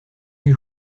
les